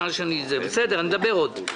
בסדר, נדבר עוד.